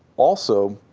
also,